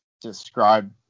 describe